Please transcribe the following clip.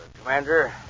Commander